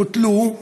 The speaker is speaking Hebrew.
בוטלו,